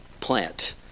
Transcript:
plant